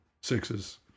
Sixes